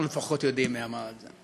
אנחנו לפחות יודעים מי אמר את זה.